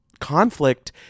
conflict